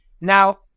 Now